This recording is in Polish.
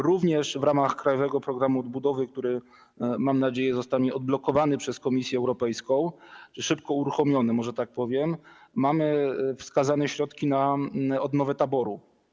Również w ramach krajowego programu odbudowy, który, mam nadzieję, zostanie odblokowany przez Komisję Europejską, szybko uruchomiony, może tak powiem, mamy wskazane środki na odnowę taboru.